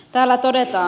täällä todetaan